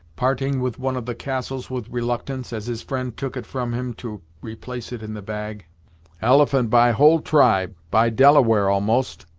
parting with one of the castles with reluctance, as his friend took it from him to replace it in the bag elephon buy whole tribe buy delaware, almost!